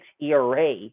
ERA